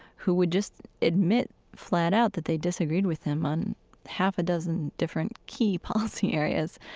who would just admit flat out that they disagreed with him on half a dozen different key policy areas,